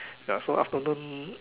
ya so afternoon